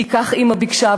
כי כך אימא ביקשה,